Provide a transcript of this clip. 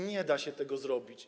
Nie da się tego zrobić.